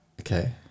Okay